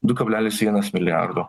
du kablelis vienas milijardo